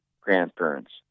grandparents